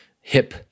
hip